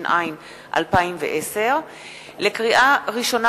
התש"ע 2010. לקריאה ראשונה,